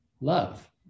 love